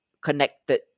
connected